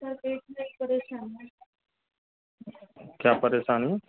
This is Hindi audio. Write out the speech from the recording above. सर पेट में ही परेशानी है क्या परेशानी